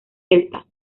celtas